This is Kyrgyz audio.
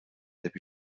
деп